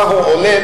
מה הוא אומר,